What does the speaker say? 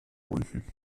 unten